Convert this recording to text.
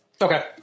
Okay